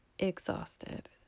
exhausted